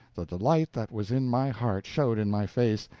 the delight that was in my heart showed in my face,